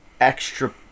extra